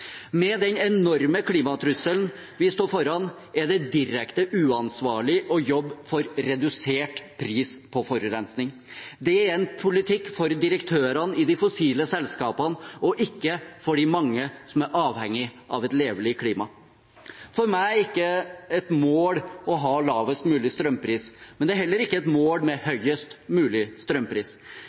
Med den enorme klimatrusselen vi står foran, er det direkte uansvarlig å jobbe for redusert pris på forurensning. Det er en politikk for direktørene i de fossile selskapene, og ikke for de mange som er avhengig av et levelig klima. For meg er det ikke et mål å ha lavest mulig strømpris, og det er heller ikke et mål med høyest mulig strømpris.